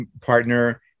partner